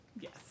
Yes